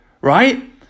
right